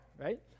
right